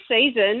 season